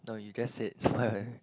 no you just said